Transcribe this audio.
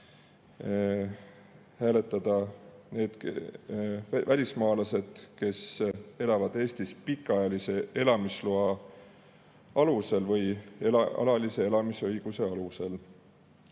hääletada need välismaalased, kes elavad Eestis pikaajalise [elaniku] elamisloa alusel või alalise elamisõiguse alusel.